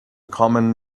common